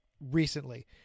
recently